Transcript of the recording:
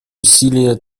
усилия